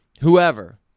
whoever